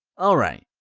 alright.